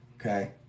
Okay